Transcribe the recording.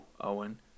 Owen